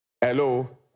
Hello